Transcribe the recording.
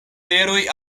teroj